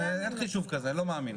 אין חישוב כזה, אני לא מאמין.